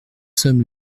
sommes